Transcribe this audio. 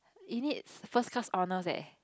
it needs first class honours leh